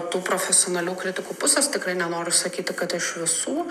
tų profesionalių kritikų pusės tikrai nenoriu sakyti kad iš visų